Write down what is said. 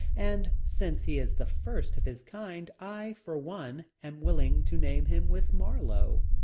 and since he is the first of his kind i, for one, am willing to name him with marlowe.